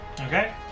Okay